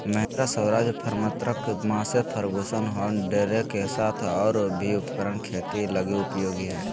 Mahindra, Swaraj, Farmtrac, Massey Ferguson John Deere के साथ और भी उपकरण खेती लगी उपयोगी हइ